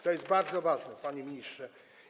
To jest bardzo ważne, panie ministrze.